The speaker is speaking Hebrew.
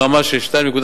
ברמה של 2.25%,